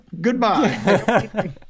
goodbye